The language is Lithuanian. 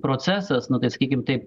procesas nu tai sakykim taip